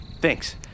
Thanks